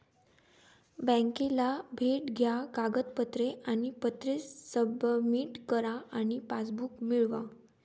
बँकेला भेट द्या कागदपत्रे आणि पत्रे सबमिट करा आणि पासबुक मिळवा